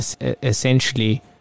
essentially